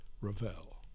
Ravel